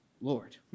Lord